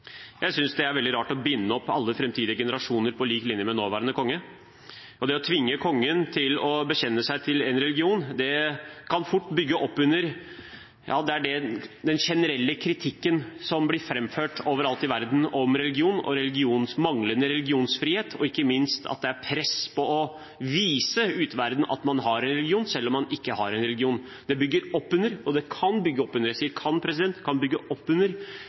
religion kan fort bygge opp under – ja, det er den generelle kritikken som blir framført overalt i verden mot religion og manglende religionsfrihet, ikke minst at det er press på å vise verden at man har religion, selv om man ikke har en religion – den falske opprettholdelsen av religiøs tro, selv om man da egentlig ikke har en religiøs tro. Det